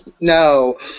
no